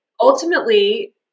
ultimately